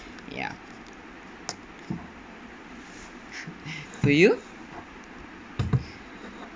ya do you